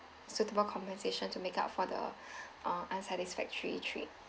suitable compensation to make up for the uh unsatisfactory trip